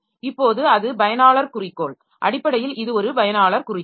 இப்போது அது பயனாளர் குறிக்கோள் அடிப்படையில் இது ஒரு பயனாளர் குறிக்கோள்